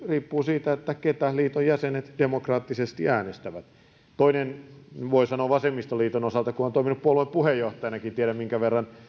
riippuu siitä keitä liiton jäsenet demokraattisesti äänestävät toisen asian voin sanoa vasemmistoliiton osalta kun olen toiminut puolueen puheenjohtajanakin ja tiedän minkä verran